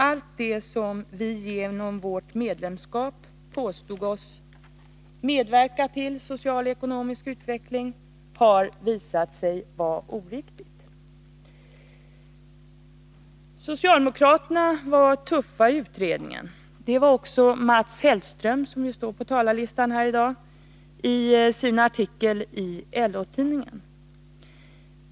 Allt det som vi genom vårt medlemskap påstod oss att medverka till — social och ekonomisk utveckling — har visat sig vara oriktigt. Socialdemokraterna var tuffa i den utredningen. Det var också Mats Hellström, som står upptagen på talarlistan här i dag, i sin artikel i LO-tidningen.